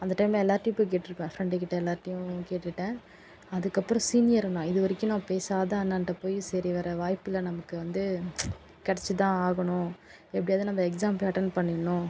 அந்த டைமில் எல்லோர்டையும் போய் கேட்டுருப்பேன் ஃப்ரெண்ட் கிட்ட எல்லோர்டையும் கேட்டுடன் அதுக்கு அப்புபறம் சீனியர் அண்ணா இதுவரைக்கும் நான் பேசாத அண்ணன்ட்ட போய் சரி வேறு வாய்ப்பில்லை நமக்கு வந்து கிடச்சி தான் ஆகணும் எப்படியாவது நம்ம எக்ஸாம் போய் அட்டன் பண்ணிணும்